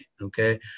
okay